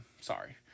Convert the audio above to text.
Sorry